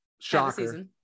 Shocker